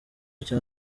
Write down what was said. cya